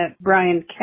Brian